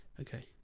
Okay